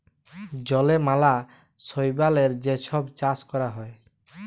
জলে ম্যালা শৈবালের যে ছব চাষ ক্যরা হ্যয়